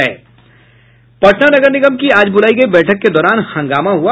पटना नगर निगम की आज बुलायी गयी बैठक के दौरान हंगामा हुआ